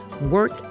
work